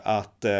att